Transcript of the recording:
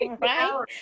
right